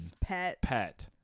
Pet